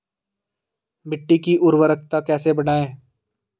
मिट्टी की उर्वरकता कैसे बढ़ायें?